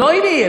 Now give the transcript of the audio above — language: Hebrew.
לא אם יהיה,